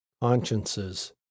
consciences